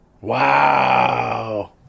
Wow